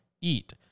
eat